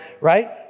right